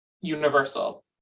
universal